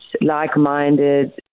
like-minded